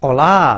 Olá